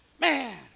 man